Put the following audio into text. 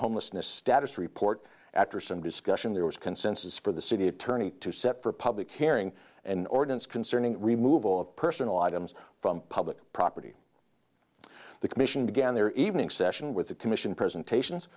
homelessness status report after some discussion there was consensus for the city attorney to set for a public hearing and ordinance concerning removal of personal items from public property the commission began their evening session with the commission presentations